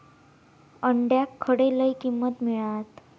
अंड्याक खडे लय किंमत मिळात?